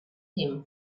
him